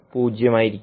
പൂജ്യമായിരിക്കും